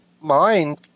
mind